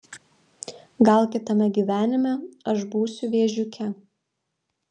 gal kitame gyvenime aš būsiu vėžiuke